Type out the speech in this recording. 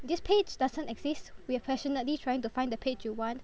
this page doesn't exist we are passionately trying to find the page you want